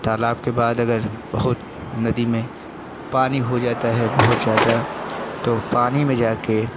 तालाब के बाद अगर बहुत नदी में पानी हो जाता है बहुत ज़्यादा तो पानी में जा कर